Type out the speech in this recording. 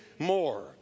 More